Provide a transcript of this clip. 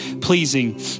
pleasing